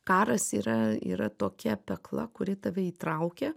karas yra yra tokia pekla kuri tave įtraukia